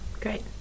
great